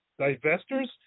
divestors